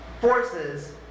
Forces